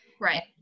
Right